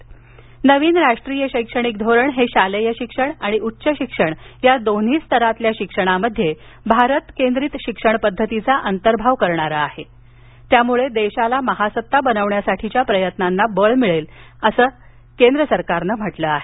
नवीन राष्ट्रीय शैक्षणिक धोरण हे शालेय शिक्षण आणि उच्च शिक्षण या दोन्ही स्तरातील शिक्षणात भारत केंद्रीत शिक्षण पद्धतीचा अंतर्भाव करणारे असून त्यामुळे देशाला महासत्ता बनविण्यासाठीच्या प्रयत्नांना बळ मिळणार आहे